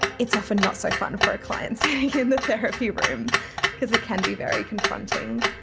it's often not so fun for a client in the therapy room because it can be very confronting.